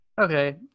Okay